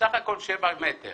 בסך הכול שבעה מטרים